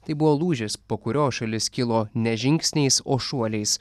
tai buvo lūžis po kurio šalis kilo ne žingsniais o šuoliais